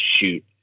shoot